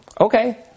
Okay